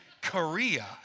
Korea